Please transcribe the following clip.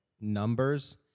numbers